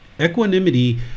equanimity